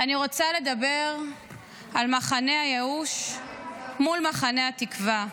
אני רוצה לדבר על מחנה הייאוש מול מחנה התקווה.